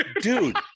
dude